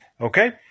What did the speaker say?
Okay